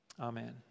Amen